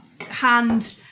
hand